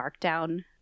Markdown